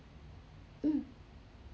mm